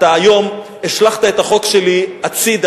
אתה היום השלכת את החוק שלי הצדה,